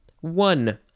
one